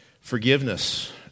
forgiveness